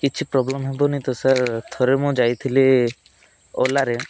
କିଛି ପ୍ରୋବ୍ଲେମ ହବନି ତ ସାର୍ ଥରେ ମୁଁ ଯାଇଥିଲି ଓଲାରେ